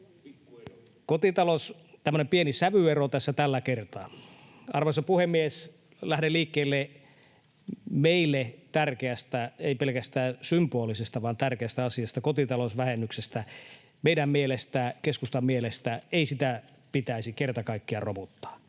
tunne!] Tämmöinen pieni sävyero tässä tällä kertaa. Arvoisa puhemies! Lähden liikkeelle meille tärkeästä, ei pelkästään symbolisesta vaan tärkeästä asiasta, kotitalousvähennyksestä. Meidän mielestämme, keskustan mielestä, sitä ei pitäisi kerta kaikkiaan romuttaa.